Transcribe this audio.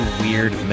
weird